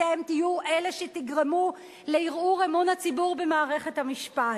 אתם תהיו אלה שיגרמו לערעור אמון הציבור במערכת המשפט.